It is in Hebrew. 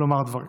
לומר דברים.